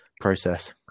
process